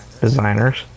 designers